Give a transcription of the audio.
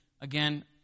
again